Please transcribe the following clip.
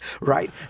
Right